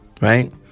Right